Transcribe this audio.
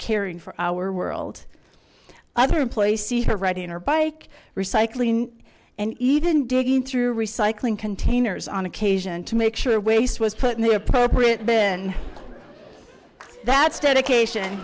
caring for our world other employees see her riding her bike recycling and even digging through recycling containers on occasion to make sure waste was put in the appropriate and that's dedication